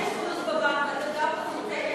התשע"ד 2013, לדיון מוקדם בוועדת הכלכלה נתקבלה.